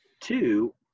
two